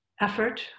effort